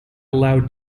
allow